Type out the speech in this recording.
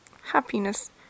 happiness